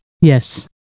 Yes